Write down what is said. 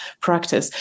practice